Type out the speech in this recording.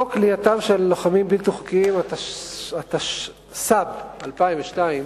חוק כליאתם של לוחמים בלתי חוקיים, התשס"ב 2002,